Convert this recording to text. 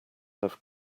have